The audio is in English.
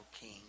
king